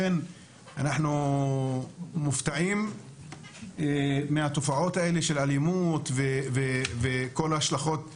אנחנו מופתעים מהתופעות האלה של אלימות וכל ההשלכות החמורות,